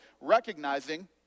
recognizing